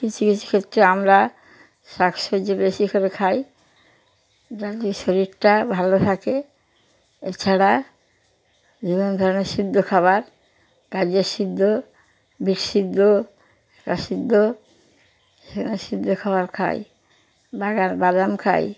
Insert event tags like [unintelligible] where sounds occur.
কিছু কিছু ক্ষেত্রে আমরা শাক সবজি বেশি করে খাই যাতে শরীরটা ভালো থাকে এছাড়া বিভিন্ন ধরনের সিদ্ধ খাবার গাজদর সিদ্ধ বিট সিদ্ধ [unintelligible] সিদ্ধ [unintelligible] সিদ্ধ খাবার খাই [unintelligible] বাদাম খাই